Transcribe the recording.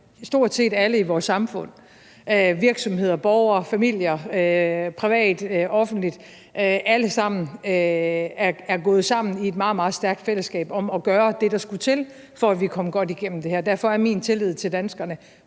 stort set alle i vores samfund, virksomheder og borgere, familier, privat og offentligt, alle sammen, er gået sammen i et meget, meget stærkt fællesskab om at gøre det, der skulle til, for at vi kan komme godt igennem det her. Derfor er min tillid til danskerne